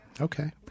Okay